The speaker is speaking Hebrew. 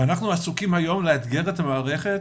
ואנחנו עסוקים היום לאתגר את המערכת,